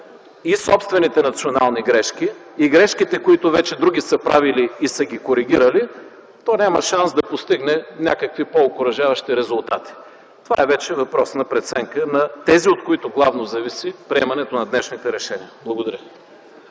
и собствените национални грешки, и грешките, които други вече са правили и са ги коригирали, то няма шанс да постигнем някакви по-окуражаващи резултати. Това вече е въпрос на преценка на тези, от които главно зависи приемането на днешните решения.